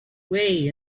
way